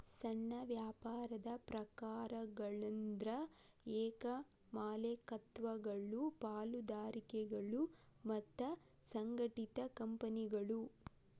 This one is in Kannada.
ಸಣ್ಣ ವ್ಯಾಪಾರದ ಪ್ರಕಾರಗಳಂದ್ರ ಏಕ ಮಾಲೇಕತ್ವಗಳು ಪಾಲುದಾರಿಕೆಗಳು ಮತ್ತ ಸಂಘಟಿತ ಕಂಪನಿಗಳು